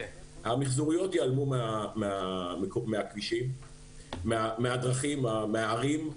המיחזוריות ייעלמו מהדרכים, מהערים,